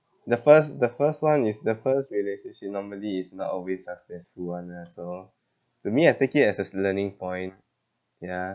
the first the first one is the first relationship normally is not always successful one ah so to me I take it as as learning point ya